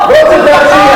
רגב,